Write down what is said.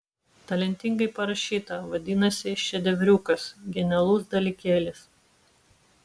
talentingai parašyta vadinasi šedevriukas genialus dalykėlis